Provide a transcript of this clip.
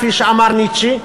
כפי שאמר ניטשה,